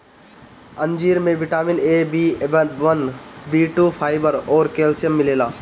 अंजीर में vitamin A, B one, B two, fibre अउरी कैल्शियम मिलेला